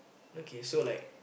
okay so like